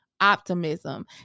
optimism